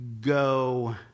go